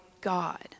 God